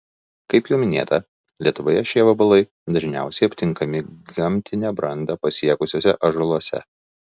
kaip jau minėta lietuvoje šie vabalai dažniausiai aptinkami gamtinę brandą pasiekusiuose ąžuoluose